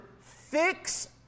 fix